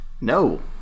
No